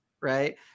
right